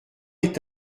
est